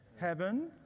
heaven